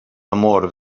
amor